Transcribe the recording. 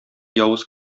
явыз